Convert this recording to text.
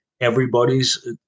everybody's